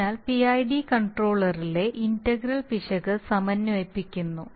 അതിനാൽ പിഐഡി കൺട്രോളറിലെ ഇന്റഗ്രൽ പിശക് സമന്വയിപ്പിക്കുന്നു